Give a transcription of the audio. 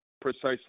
precisely